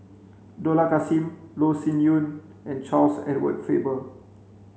Dollah Kassim Loh Sin Yun and Charles Edward Faber